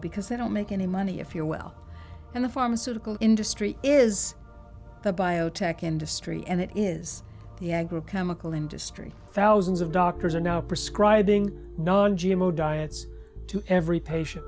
because they don't make any money if you're well and the pharmaceutical industry is the biotech industry and it is the ag of chemical industry thousands of doctors are now prescribing diets to every patient